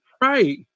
right